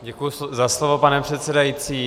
Děkuji za slovo, pane předsedající.